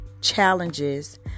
challenges